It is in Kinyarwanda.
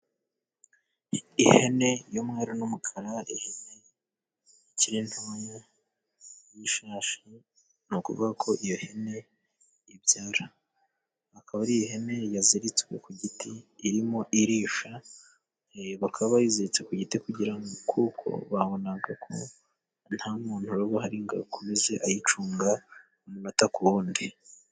Ihene y'umweru n'umukara, ihene ikiri ntoya, y'ishashi ni ukuvuga ko iyo hene ibyara, akaba ari ihene yaziritswe ku giti irimo irisha bakaba bayiziritse ku giti ,kuko babona ko nta muntu uraba uhari ,ngo akomeze ayicunga umunota ku wundi.